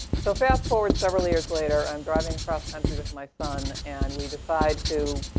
so fast-forward several years later, i'm driving across country with my son. and we decided to